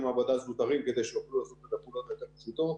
מעבדה זוטרים כדי שיוכלו לעשות את הפעולות היותר פשוטות.